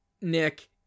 Nick